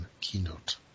keynote